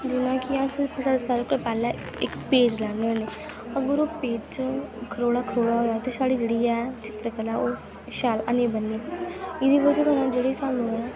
जियां कि अस सारें कोला पैह्लें इक पेज लैन्ने होन्ने अगर ओह् पेज खरोड़ा खरोड़ा होएआ ते साढ़ी जेह्ड़ी ऐ चित्तरकला ओह् शैल हैन्नी बननी एह्दी बजह् कन्नै जेह्ड़ी सानूं ऐ